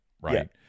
right